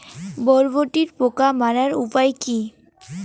বরবটির পোকা মারার উপায় কি?